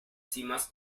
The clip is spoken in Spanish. cimas